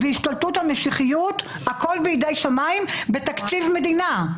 והשתלטות המשיחיות, הכול בידי שמים בתקציב מדינה.